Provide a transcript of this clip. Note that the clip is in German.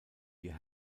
die